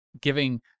giving